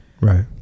Right